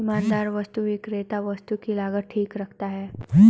ईमानदार वस्तु विक्रेता वस्तु की लागत ठीक रखता है